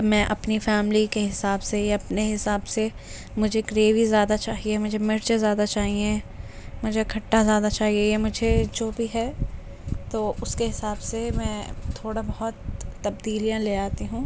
میں اپنی فیملی کے حساب سے یا اپنے حساب سے مجھے گریوی زیادہ چاہیے مجھے مرچے زیادہ چاہئیں مجھے کھٹا زیادہ چاہیے مجھے جو بھی ہے تو اس کے حساب سے میں تھوڑا بہت تبدیلیاں لے آتی ہوں